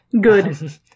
Good